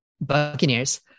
Buccaneers